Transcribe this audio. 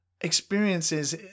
experiences